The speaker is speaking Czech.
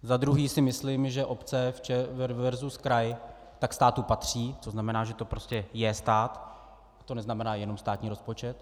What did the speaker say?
Za druhé si myslím, že obce versus kraj státu patří, tzn. že to prostě je stát, to neznamená jenom státní rozpočet.